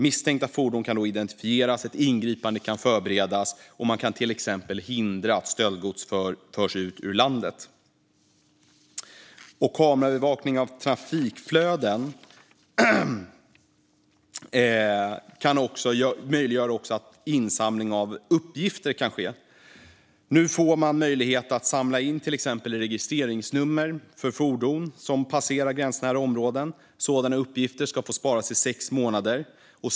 Misstänkta fordon kan då identifieras, och ett ingripande kan förberedas så att man till exempel kan hindra att stöldgods förs ut ur landet. Kameraövervakning av trafikflöden möjliggör också insamling av uppgifter. Nu får man möjlighet att samla in till exempel registreringsnummer för fordon som passerar genom gränsnära områden. Sådana uppgifter ska få sparas i sex månader.